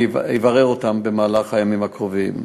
אני אברר אותם במהלך הימים הקרובים.